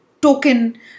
token